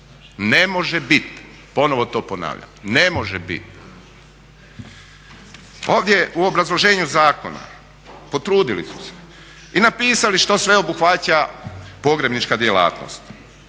Ne može bit, ponovno to ponavljam, ne može bit. Ovdje u obrazloženju zakona potrudili su se i napisali što sve obuhvaća pogrebnička djelatnost: